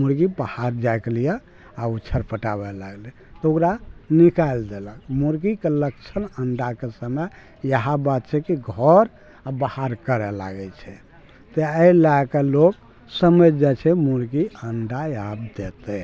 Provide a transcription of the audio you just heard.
मुर्गी बाहर जाइके लिए आब ओ छरपटाबै लागलै तऽ ओकरा निकाइल देलक मुर्गीके लक्षण अण्डाके समय इएह बात छै कि घर आ बाहर करै लागै छै तऽ एहि लए कऽ लोक समैझ जाइ छै मुर्गी अण्डा आब देतै